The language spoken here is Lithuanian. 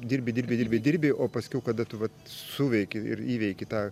dirbi dirbi dirbi dirbi o paskiau kada tu vat suveiki ir įveiki tą